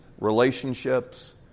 relationships